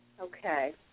Okay